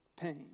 pain